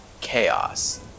chaos